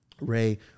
Ray